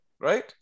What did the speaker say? right